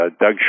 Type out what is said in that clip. Doug